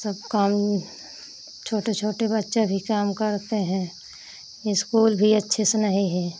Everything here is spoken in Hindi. सब काम छोटे छोटे बच्चे भी काम करते हैं इस्कूल भी अच्छे से नहीं है